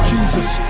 Jesus